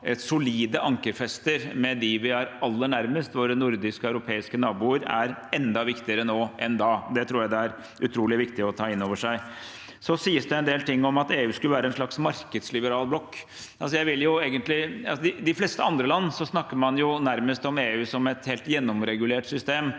solide ankerfester med dem vi er aller nærmest, våre nordiske og europeiske naboer, er enda viktigere nå enn da. Det tror jeg det er utrolig viktig å ta inn over seg. Så sies det en del ting om at EU skulle være en slags markedsliberal blokk. I de fleste andre land snakker man jo nærmest om EU som et helt gjennomregulert system,